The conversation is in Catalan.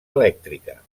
elèctrica